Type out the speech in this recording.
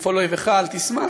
בנפול אויבך אל תשמח,